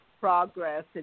progress